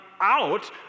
out